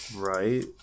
Right